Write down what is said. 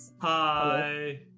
Hi